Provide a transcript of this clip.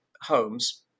homes